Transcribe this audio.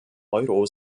euro